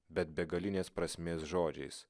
bet begalinės prasmės žodžiais